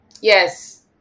Yes